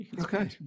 Okay